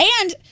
And-